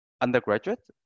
undergraduate